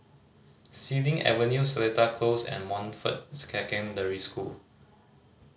Xilin Avenue Seletar Close and Montfort Secondary School